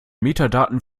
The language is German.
metadaten